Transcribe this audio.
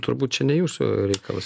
turbūt čia ne jūsų reikalas